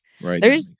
Right